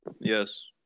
Yes